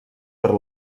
per